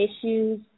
issues